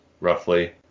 roughly